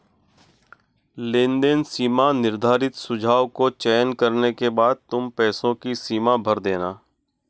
लेनदेन सीमा निर्धारित सुझाव को चयन करने के बाद तुम पैसों की सीमा भर देना